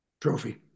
trophy